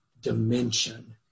dimension